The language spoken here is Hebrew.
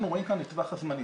טווח הזמנים.